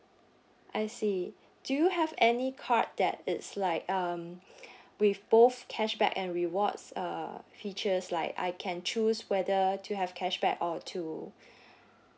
I see do you have any card that it's like um with both cashback and rewards uh features like I can choose whether to have cashback or to